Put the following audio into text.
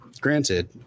granted